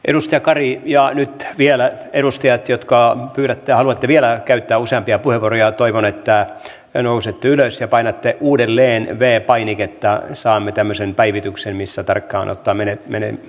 edustaja kari ja nyt vielä edustajat jotka pyydätte ja haluatte vielä käyttää useampia puheenvuoroja toivon että nousette ylös ja painatte uudelleen v painiketta että saamme tämmöisen päivityksen missä tarkkaan ottaen menemme